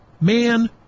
Man